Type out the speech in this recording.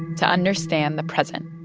to understand the present